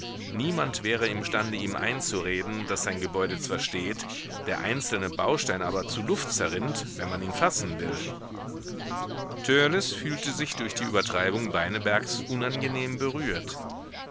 niemand wäre imstande ihm einzureden daß sein gebäude zwar steht der einzelne baustein aber zu luft zerrinnt wenn man ihn fassen will törleß fühlte sich durch die übertreibung beinebergs unangenehm berührt